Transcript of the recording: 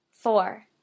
Four